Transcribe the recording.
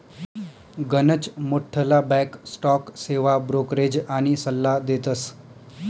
गनच मोठ्ठला bank stock सेवा ब्रोकरेज आनी सल्ला देतस